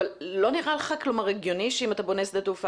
אבל לא נראה לך הגיוני שאם אתה בונה שדה תעופה,